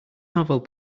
novel